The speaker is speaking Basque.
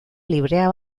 librea